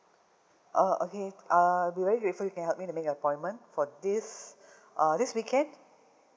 uh okay uh we'll be very grateful if you can help me to make an appointment for this uh this weekend